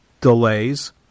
delays